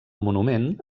monument